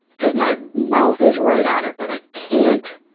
because my mouth is right on it, but i can't,